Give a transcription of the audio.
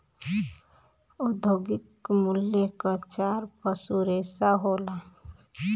औद्योगिक मूल्य क चार पसू रेसा होला